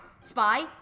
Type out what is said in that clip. Spy